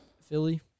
Philly